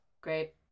Great